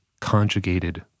conjugated